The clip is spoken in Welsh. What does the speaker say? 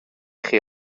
chi